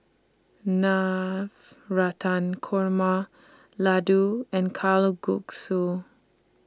Navratan Korma Ladoo and Kalguksu